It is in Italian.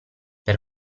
per